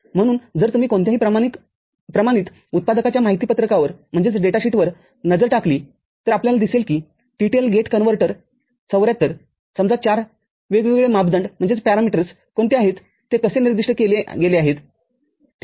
म्हणून जर तुम्ही कोणत्याही प्रमाणित उत्पादकाच्या माहिती पत्रकावर नजर टाकली तर आपल्याला दिसेल की TTL गेट इन्व्हर्टर७४समजा ०४ वेगवेगळे मापदंड कोणते आहेत ते कसे निर्दिष्ट केले गेले आहेतठीक आहे